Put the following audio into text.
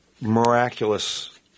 miraculous